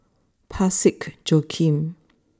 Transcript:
Parsick Joaquim